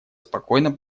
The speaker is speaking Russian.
спокойно